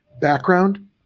background